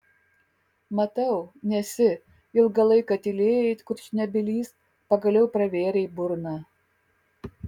matau nesi ilgą laiką tylėjai it kurčnebylis pagaliau pravėrei burną